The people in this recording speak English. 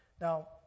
Now